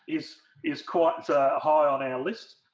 is is quite high on and our list